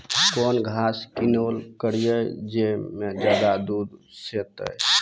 कौन घास किनैल करिए ज मे ज्यादा दूध सेते?